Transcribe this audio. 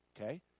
Okay